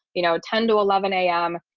you know, ten to eleven am.